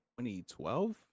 2012